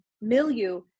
milieu